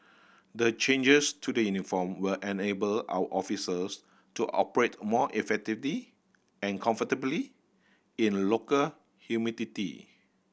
the changes to the uniform will enable our officers to operate more effectively and comfortably in local humidity